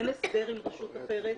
אין הסדר עם רשות אחרת.